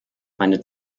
meine